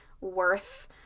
worth